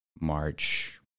march